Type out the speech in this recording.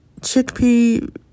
chickpea